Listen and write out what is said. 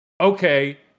Okay